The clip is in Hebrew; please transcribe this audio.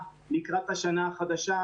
כנציג ההורים,